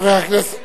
עוד נושא למשנה.